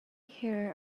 here